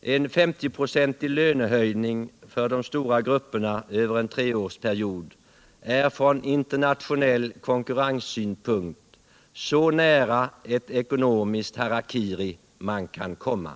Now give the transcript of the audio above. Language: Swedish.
”En femtioprocentig lönehöjning för de stora grupperna över en treårsperiod är från internationell konkurrenssynpunkt så nära ett ekonomiskt harakiri man kan komma.